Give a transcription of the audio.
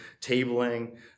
tabling